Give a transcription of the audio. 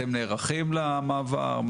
אתם נערכים למעבר?